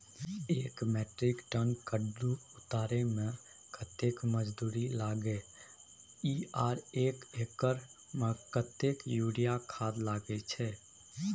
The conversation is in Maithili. एक मेट्रिक टन कद्दू उतारे में कतेक मजदूरी लागे इ आर एक एकर में कतेक यूरिया खाद लागे छै?